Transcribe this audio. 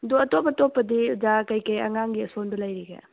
ꯑꯗꯣ ꯑꯇꯣꯞ ꯑꯇꯣꯞꯄꯗꯤ ꯑꯣꯖꯥ ꯀꯩꯀꯩ ꯑꯉꯥꯡꯒꯤ ꯑꯁꯣꯟꯕ ꯂꯩꯔꯤꯒꯦ